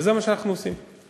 וזה מה שאנחנו עושים.